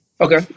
Okay